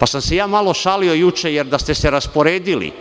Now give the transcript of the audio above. Ja sam se malo šalio juče, jer da ste se rasporedili